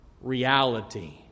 reality